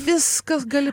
viskas gali